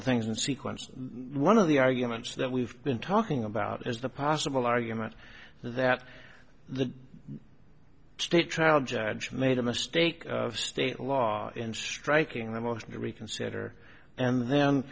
of things in sequence one of the arguments that we've been talking about is the possible argument that the state trial judge made a mistake of state law in striking the motion to reconsider and then